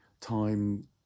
Time